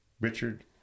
Richard